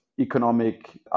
economic